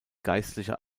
geistlicher